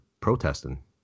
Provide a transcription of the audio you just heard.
protesting